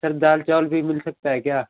sir दाल चावल भी मिल सकता है क्या